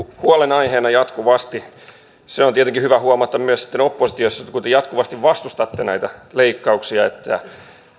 huolenaiheena jatkuvasti on tietenkin hyvä huomata myös sitten oppositiossa kun te jatkuvasti vastustatte näitä leikkauksia että